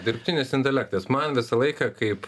dirbtinis intelektas man visą laiką kaip